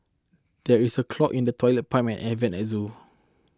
there is a clog in the Toilet Pipe and Air Vents at zoo